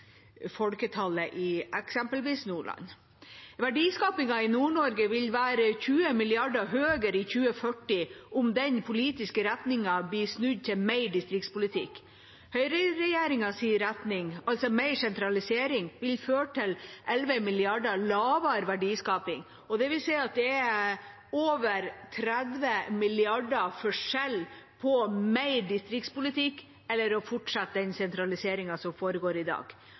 folketallet i eksempelvis Nordland. Verdiskapingen i Nord-Norge vil være 20 mrd. kr større i 2040 om den politiske retningen blir snudd til mer distriktspolitikk. Høyreregjeringas retning, altså mer sentralisering, vil føre til 11 mrd. kr mindre verdiskaping. Det vil si at det er over 30 mrd. kr i forskjell på mer distriktspolitikk og det å fortsette den sentraliseringen som foregår i dag.